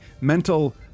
mental